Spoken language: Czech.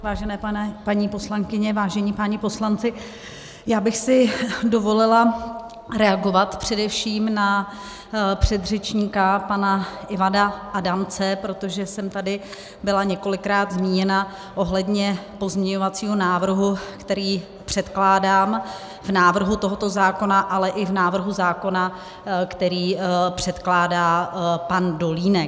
Vážené paní poslankyně, vážení páni poslanci, já bych si dovolila reagovat především na předřečníka pana Ivana Adamce, protože jsem tady byla několikrát zmíněna ohledně pozměňovacího návrhu, který předkládám k návrhu tohoto zákona, ale i návrhu zákona, který předkládá pan Dolínek.